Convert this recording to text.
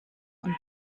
und